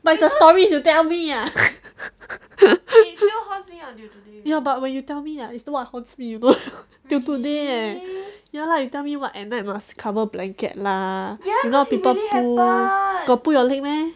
but it's the stories you tell me ah ya but when you tell me ah it's what haunts me you know or not till today eh ya lah you tell me what at night must cover blanket lah if not people pull got pull your leg meh